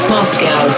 Moscow